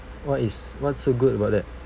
what is what's so good about that